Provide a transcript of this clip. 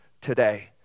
today